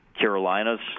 Carolina's